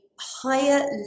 higher